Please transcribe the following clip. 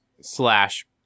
slash